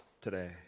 today